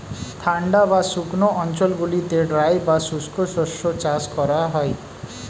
ঠান্ডা বা শুকনো অঞ্চলগুলিতে ড্রাই বা শুষ্ক শস্য চাষ করা হয়